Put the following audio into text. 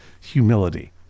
humility